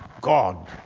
God